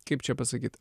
kaip čia pasakyt